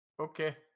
Okay